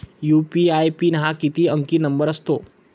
UPI pin हा किती अंकी नंबर असतो?